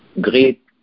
great